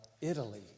Italy